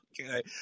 okay